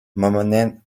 momentarily